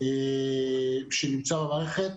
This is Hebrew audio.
שנמצא במערכת